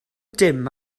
dim